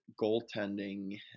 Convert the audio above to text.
goaltending